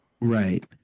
right